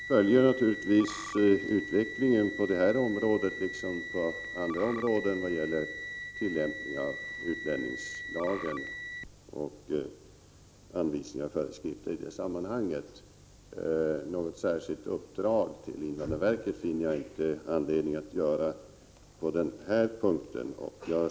Herr talman! Vi följer naturligtvis utvecklingen på det här området liksom på andra områden när det gäller tillämpningen av utlänningslagen samt anvisningar och föreskrifter i det sammanhanget. Något särskilt uppdrag till invandrarverket finner jag inte anledning att ge på den här punkten.